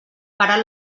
faran